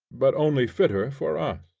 but only fitter for us.